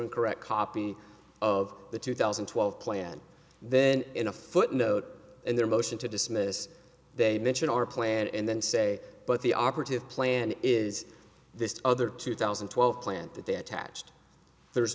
and correct copy of the two thousand and twelve plan then in a footnote in their motion to dismiss they mention or planned and then say but the operative plan is this other two thousand and twelve plant that they attached there's